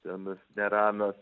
ten neramios